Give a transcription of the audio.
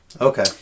Okay